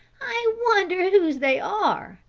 i wonder whose they are.